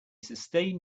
sustained